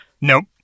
Nope